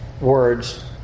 words